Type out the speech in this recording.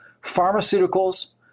pharmaceuticals